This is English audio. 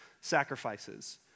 sacrifices